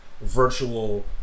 virtual